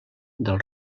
del